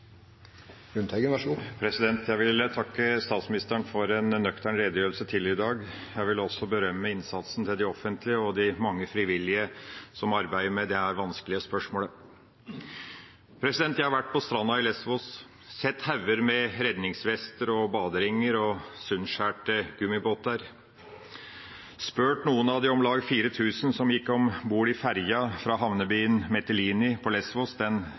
nøktern redegjørelse tidligere i dag. Jeg vil også berømme innsatsen til de offentlige og de mange frivillige som arbeider med dette vanskelige spørsmålet. Jeg har vært på stranda i Lésvos, sett hauger med redningsvester, baderinger og sundskårne gummibåter. Jeg har spurt noen av de om lag 4 000 som gikk om bord i ferja fra havnebyen Mytilini på